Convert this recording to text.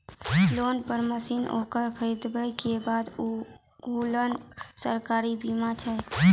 Loan पर मसीनऽक खरीद के बाद कुनू सरकारी बीमा छै?